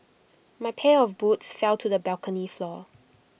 my pair of boots fell to the balcony floor